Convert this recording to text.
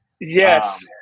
Yes